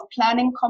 planning